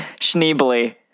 Schneebly